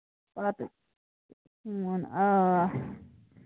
پَتہٕ یِمن آ